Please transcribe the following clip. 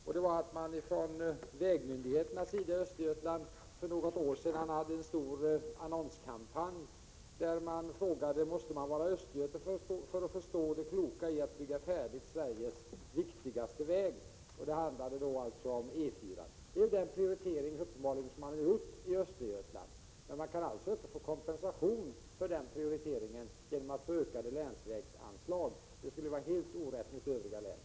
Från vägmyndigheternas sida hade man nämligen för något år sedan en stor annonskampanj, där man frågade: Måste man vara östgöte för att förstå det kloka i att bygga Sveriges viktigaste väg färdig? Det handlade om E 4-an. Det är uppenbarligen vad man har prioriterat i Östergötland. Man kan alltså inte få kompensation för en sådan prioritering i form av ökade länsvägsanslag. Det skulle ju vara helt orätt gentemot övriga län.